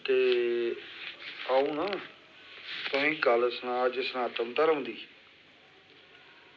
ते अ'ऊं ना तुसेंगी गल्ल सनांऽ अज्ज सनातन धर्म दी